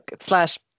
slash